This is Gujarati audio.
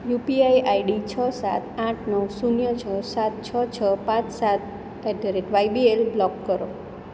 યુપીઆઈ આઈડી છ સાત આઠ નવ શૂન્ય છ સાત છ છ પાંચ સાત at the rate YBL block કરો